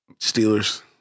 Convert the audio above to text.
Steelers